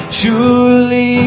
surely